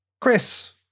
Chris